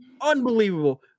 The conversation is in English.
Unbelievable